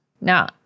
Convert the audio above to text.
Now